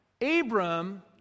Abram